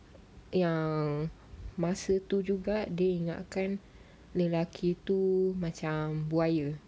yang masa tu juga dia ingatkan lelaki tu macam buaya